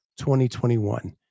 2021